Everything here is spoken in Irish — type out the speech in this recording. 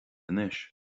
anois